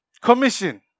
Commission